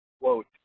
quote